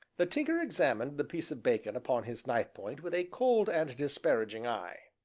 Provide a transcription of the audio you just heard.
the tinker examined the piece of bacon upon his knifepoint with a cold and disparaging eye.